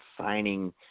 signing